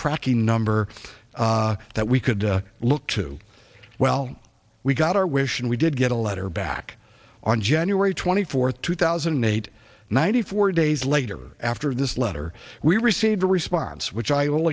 tracking number that we could look to well we got our wish and we did get a letter back on january twenty fourth two thousand and eight ninety four days later after this letter we received a response which i